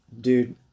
dude